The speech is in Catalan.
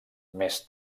més